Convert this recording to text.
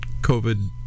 COVID